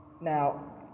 Now